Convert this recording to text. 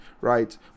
right